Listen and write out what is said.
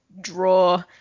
draw